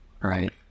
Right